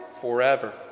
forever